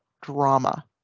drama